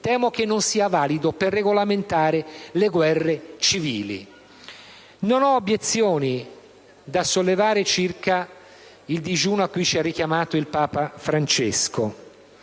conflitti non siano validi per regolamentare le guerre civili. Non ho obiezioni da sollevare circa il digiuno a cui ci ha invitato Papa Francesco,